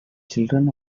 children